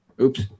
Oops